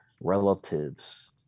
relatives